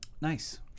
Nice